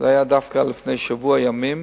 היתה לפני שבוע ימים